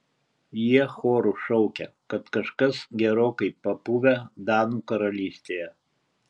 jie choru šaukia kad kažkas gerokai papuvę danų karalystėje